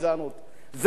זה ממש לא.